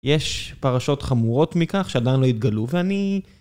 יש פרשות חמורות מכך שעדיין לא התגלו ואני...